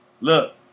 Look